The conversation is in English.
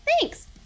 Thanks